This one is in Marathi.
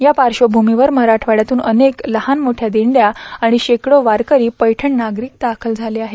या पार्श्वभूमीवर मराठवाडचातून अनेक लहानमोठचा दिंडचा आणि शेकडो वारकरी पैठण नगरीत दाखल होत आहेत